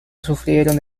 sufrieron